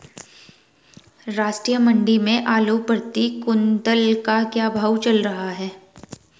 राष्ट्रीय मंडी में आलू प्रति कुन्तल का क्या भाव चल रहा है?